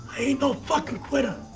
ain't no fucking quitter.